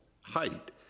height